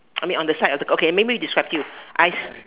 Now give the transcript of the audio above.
I mean on the side of the girl okay let me describe to you I've